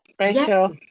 Rachel